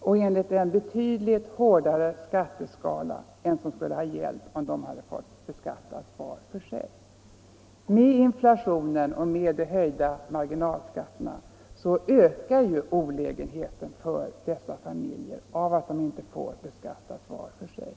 och enligt en betydligt hårdare skatteskala än som skulle ha gällt om de hade fått beskattas var för sig. Med inflationen och de höjda marginalskatterna ökar olägenheten för dessa familjer av att makarna inte får beskattas var för sig.